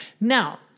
Now